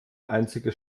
einzige